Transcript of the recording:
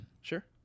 Sure